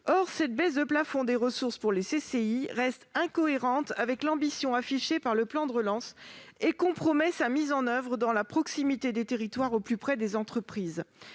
Or cette baisse de plafond des ressources est incohérente avec l'ambition affichée par le plan de relance et compromet sa mise en oeuvre dans les territoires, au plus près des entreprises.